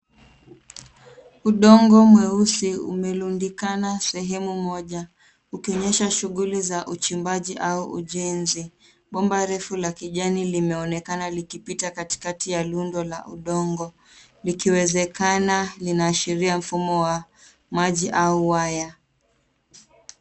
Udongo mweusi umelundikana sehemu moja ukionyesha shughuli za uchimbaji au ujenzi. Bomba refu la kijani limeonekana likipita katikati ya lundo la udongo, likiwezekana linaashiria mfumo wa maji au waya.